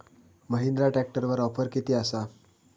महिंद्रा ट्रॅकटरवर ऑफर किती आसा?